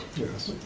yes.